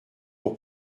pour